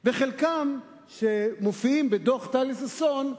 וחלקם, שמופיעים בדוח טליה ששון,